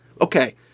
Okay